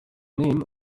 name